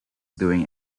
doing